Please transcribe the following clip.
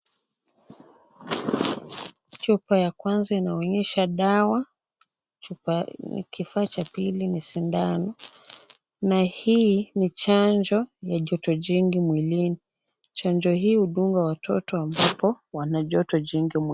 Chupa ya kwanza inaonyesha dawa na kifaa cha pili ni sindano. Hii ni chanjo ya joto jingi mwilini. Chanjo hii hudungwa watoto ambapo wana joto jingi mwilini.